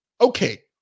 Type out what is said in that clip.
Okay